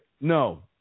No